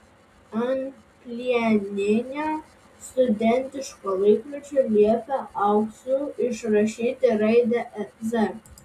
ant plieninio studentiško laikrodžio liepė auksu išrašyti raidę z